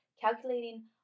calculating